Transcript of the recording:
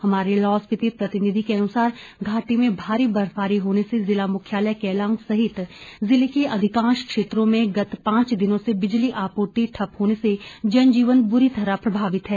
हमारे लाहौल स्पिति प्रतिनिधि के अनुसार घाटी में भारी बर्फबारी होने से जिला मुख्यालय केलांग सहित जिले के अधिकांश क्षेत्रों में गत पांच दिनों से बिजली आपूर्ति ठप्प होने से जनजीवन ब्री तरह प्रभावित है